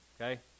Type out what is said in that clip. okay